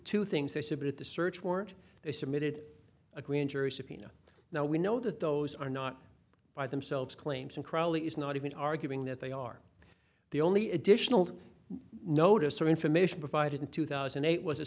to things they submitted the search warrant they submitted a grand jury subpoena now we know that those are not by themselves claims and crowley is not even arguing that they are the only additional notice or information provided in two thousand and eight was a